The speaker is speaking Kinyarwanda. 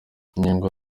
ingingo